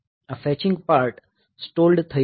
આ fetching part stalled થઇ જશે